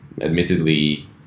admittedly